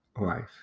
life